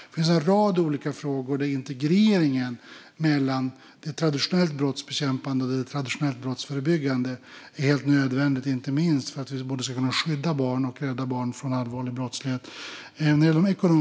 Det finns en rad olika frågor där det är helt nödvändigt att integrera det traditionellt brottsbekämpande med det traditionellt brottsförebyggande, inte minst för att vi ska kunna både skydda barn och rädda barn från allvarlig brottslighet.